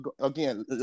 again